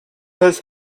has